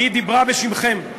היא דיברה בשמכם.